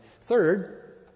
Third